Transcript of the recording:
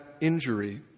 injury